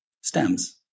stems